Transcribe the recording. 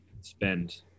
spend